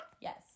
Yes